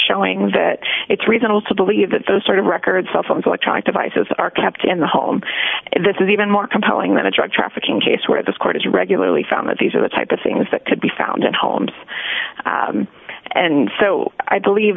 showing that it's reasonable to believe that those sort of records cell phones electronic devices are kept in the home and this is even more compelling than a drug trafficking case where this court is regularly found that these are the type of things that could be found in homes and so i believe